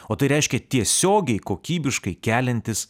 o tai reiškia tiesiogiai kokybiškai keliantis